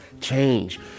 change